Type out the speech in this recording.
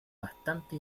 bastante